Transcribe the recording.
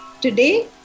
Today